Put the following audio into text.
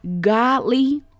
Godly